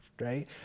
right